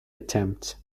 attempt